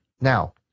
Now